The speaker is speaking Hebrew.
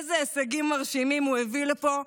איזה הישגים מרשימים הוא הביא לפה.